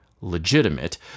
legitimate